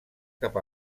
cap